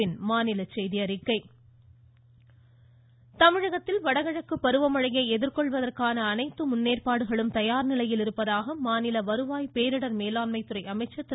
உதயகுமார் வடகிழக்கு பருவமழையை எதிர்கொள்வதற்கான அனைத்து தமிழகத்தில் முன்னேற்பாடுகளும் தயார் நிலையில் இருப்பதாக மாநில வருவாய் பேரிடர் மேலாண்மை துறை அமைச்சர் திரு